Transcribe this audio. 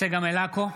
צגה מלקו,